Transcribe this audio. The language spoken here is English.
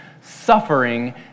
suffering